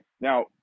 Now